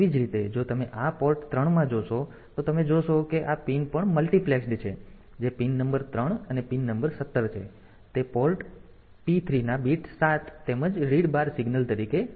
તેવી જ રીતે જો તમે આ પોર્ટ 3 માં જોશો તો તમે જોશો કે આ પિન પણ મલ્ટિપ્લેક્સ્ડ છે જે પિન નંબર 3 અને પિન નંબર 17 છે તે પોર્ટ P3 ના બીટ 7 તેમજ રીડ બાર સિગ્નલ તરીકે કામ કરે છે